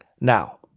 Now